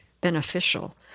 beneficial